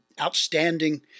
outstanding